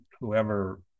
whoever